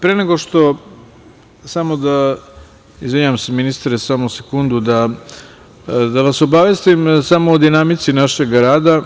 Pre nego što, samo, izvinjavam se ministre samo sekundu da vas obavestim samo o dinamici našeg rada.